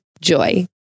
Joy